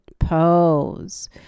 pose